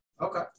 Okay